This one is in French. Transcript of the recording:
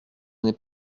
n’est